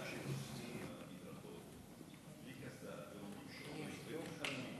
גם כשנוסעים על המדרכות בלי קסדה עומדים שוטרים ומתעלמים,